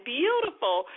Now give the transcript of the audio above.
beautiful